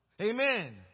Amen